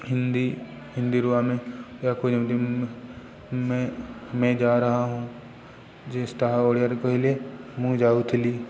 ହିନ୍ଦୀ ହିନ୍ଦୀରୁ ଆମେ ଏହା କହୁ ଯେମିତି ମେ ଜା ରାହା ହୁଁ ଯେ ତାହା ଓଡ଼ିଆରେ କହିଲେ ମୁଁ ଯାଉଥିଲି